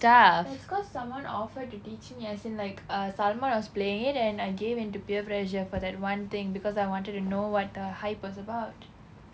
that's cause someone offered to teach me as in like uh tharman was playing it and I gave in to peer pressure for that one thing because I wanted to know what the hype was about